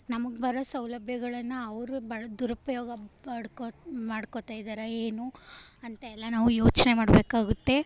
ನಮಗೆ ಬರೋ ಸೌಲಭ್ಯಗಳನ್ನು ಅವರು ಬಳ ದುರುಪಯೋಗ ಪಡ್ಕೊ ಮಾಡ್ಕೊಳ್ತಾಯಿದ್ದಾರಾ ಏನು ಅಂತ ಎಲ್ಲ ನಾವು ಯೋಚನೆ ಮಾಡಬೇಕಾಗುತ್ತೆ